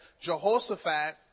Jehoshaphat